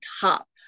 top